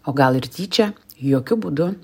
o gal ir tyčia jokiu būdu